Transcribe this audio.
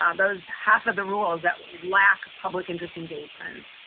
um those half of the rules that lack public interest engagement,